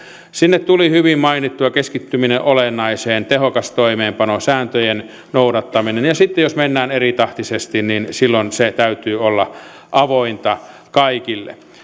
sinne tuli hyvin mainituksi keskittyminen olennaiseen tehokas toimeenpano sääntöjen noudattaminen ja sitten jos mennään eritahtisesti sen täytyy olla avointa kaikille